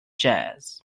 jazz